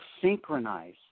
synchronize